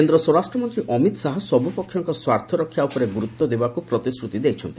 କେନ୍ଦ୍ର ସ୍ୱରାଷ୍ଟ୍ରମନ୍ତ୍ରୀ ଅମିତ ଶାହା ସବୁପକ୍ଷଙ୍କ ସ୍ୱାର୍ଥରକ୍ଷା ଉପରେ ଗୁରୁତ୍ୱ ଦେବାକୁ ପ୍ରତିଶ୍ରତି ଦେଇଛନ୍ତି